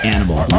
Animal